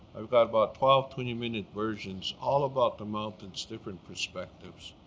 i've got about twelve twenty minute versions all about the mountains, different perspectives.